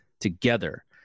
together